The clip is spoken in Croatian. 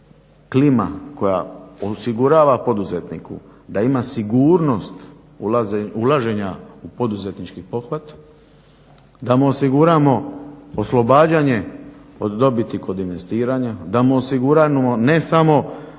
klima koja osigurava poduzetniku da ima sigurnost ulaženja u poduzetnički pothvat, da mu osiguramo oslobađanje od dobiti kod investiranja, da mu osiguramo ne samo